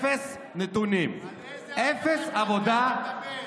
אפס נתונים, על איזה עבודת מטה אתה מדבר?